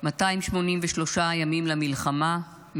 283 ימים למלחמה,